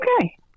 Okay